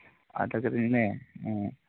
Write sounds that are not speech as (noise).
(unintelligible)